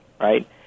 right